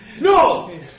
No